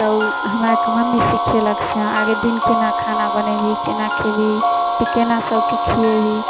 तऽ ओ हमरा आरके मम्मी सिखेलक से हँ आगे दिन केना खाना बनेबही केना खेबही तऽ केना सबके खियेबही